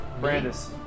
Brandis